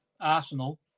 arsenal